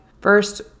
first